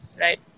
Right